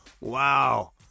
wow